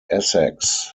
essex